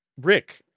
Rick